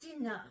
enough